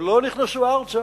הם לא נכנסו ארצה,